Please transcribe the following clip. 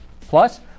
Plus